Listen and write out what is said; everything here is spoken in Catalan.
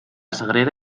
sagrera